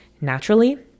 naturally